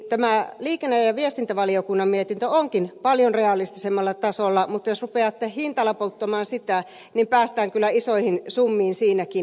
tämä liikenne ja viestintävaliokunnan mietintö onkin paljon realistisemmalla tasolla mutta jos rupeatte hintalaputtamaan sitä niin päästään kyllä isoihin summiin siinäkin